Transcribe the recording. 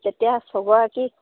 তেতিয়া ছগৰাকীক